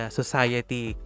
society